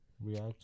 react